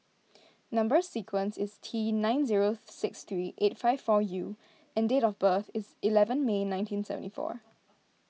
Number Sequence is T nine zero six three eight five four U and date of birth is eleven May nineteen seventy four